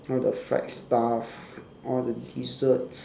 all the fried stuff all the desserts